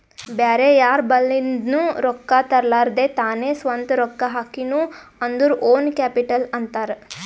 ಬ್ಯಾರೆ ಯಾರ್ ಬಲಿಂದ್ನು ರೊಕ್ಕಾ ತರ್ಲಾರ್ದೆ ತಾನೇ ಸ್ವಂತ ರೊಕ್ಕಾ ಹಾಕಿನು ಅಂದುರ್ ಓನ್ ಕ್ಯಾಪಿಟಲ್ ಅಂತಾರ್